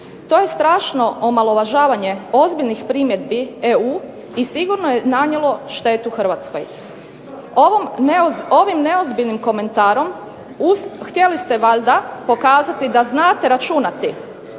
To je strašno omalovažavanje ozbiljnih primjedbi EU, i sigurno je nanijelo štetu Hrvatskoj. Ovim neozbiljnim komentarom htjeli ste valjda pokazati da znate računati,